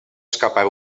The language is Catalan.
escapar